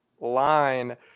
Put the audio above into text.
line